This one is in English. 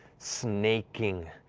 snaking,